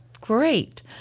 great